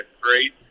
great